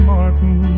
Martin